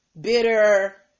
bitter